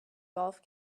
golf